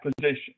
position